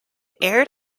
aired